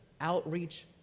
outreach